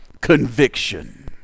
conviction